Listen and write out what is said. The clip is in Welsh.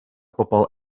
bobl